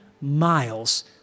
miles